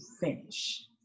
finish